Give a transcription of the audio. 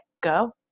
go